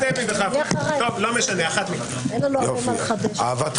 (היו"ר ארז מלול, 11:53) אהבת חינם.